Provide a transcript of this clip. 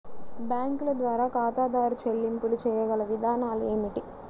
బ్యాంకుల ద్వారా ఖాతాదారు చెల్లింపులు చేయగల విధానాలు ఏమిటి?